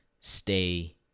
stay